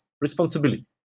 responsibility